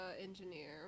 engineer